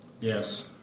Yes